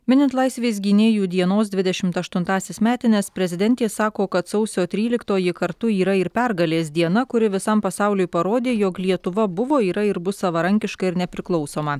minint laisvės gynėjų dienos dvidešimt aštuntąsias metines prezidentė sako kad sausio tryliktoji kartu yra ir pergalės diena kuri visam pasauliui parodė jog lietuva buvo yra ir bus savarankiška ir nepriklausoma